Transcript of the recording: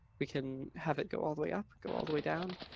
we can have it go all the way up. go all the way down.